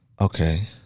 Okay